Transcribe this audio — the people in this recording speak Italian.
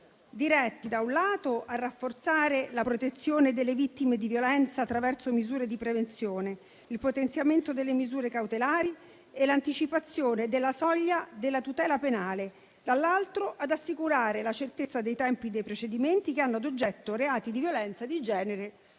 diretti, da un lato, a rafforzare la protezione delle vittime di violenza attraverso misure di prevenzione, il potenziamento delle misure cautelari e l'anticipazione della soglia della tutela penale, dall'altro, ad assicurare la certezza dei tempi dei procedimenti che hanno ad oggetto reati di violenza di genere